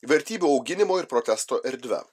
vertybių auginimo ir protesto erdve